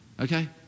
Okay